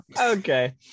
okay